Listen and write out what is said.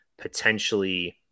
potentially